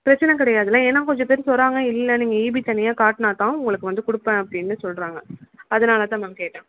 பிரச்சனை கிடையாதுல ஏன்னா கொஞ்சம் பேர் சொல்கிறாங்க நீங்கள் இபி தனியாக காட்டினாதான் உங்களுக்கு வந்து கொடுப்பேன் அப்படின்னு சொல்கிறாங்க அதனால தான் மேம் கேட்டேன்